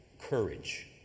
courage